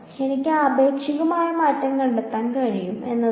എനിക്ക് ആപേക്ഷികമായ മാറ്റം കണ്ടെത്താൻ കഴിയും എന്നതാണ്